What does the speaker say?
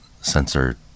sensor